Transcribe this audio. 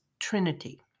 Trinity